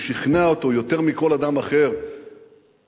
הוא שכנע אותו יותר מכל אדם אחר לחולל,